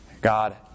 God